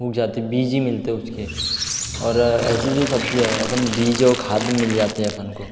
उग जाते बीज ही मिलते उसके और ऐसी जो सब्जियां है अपन बीज जो खाद में मिल जाते हैं अपन को